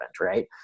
right